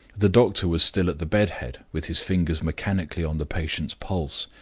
the doctor was still at the bed head, with his fingers mechanically on the patient's pulse.